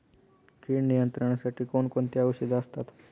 कीड नियंत्रणासाठी कोण कोणती औषधे असतात?